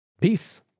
Peace